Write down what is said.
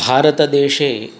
भारतदेशे